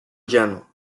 llano